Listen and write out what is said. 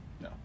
No